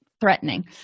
threatening